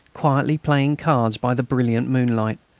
quietly playing cards by the brilliant moonlight.